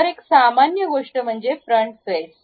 तर एक सामान्य गोष्ट म्हणजे फ्रंट फेस